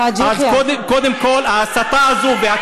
אז קודם כול, ההסתה הזאת, גם ישו היה מוסלמי?